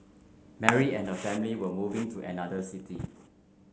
Mary and her family were moving to another city